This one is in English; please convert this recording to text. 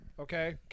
Okay